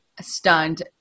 stunned